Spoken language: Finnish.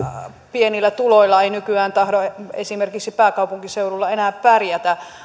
pienillä tuloilla ei nykyään tahdo esimerkiksi pääkaupunkiseudulla enää pärjätä